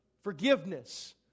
forgiveness